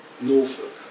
Norfolk